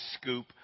scoop